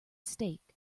stake